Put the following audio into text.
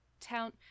Town